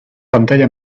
pantalla